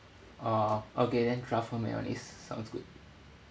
oh okay then truffle mayonnaise sounds good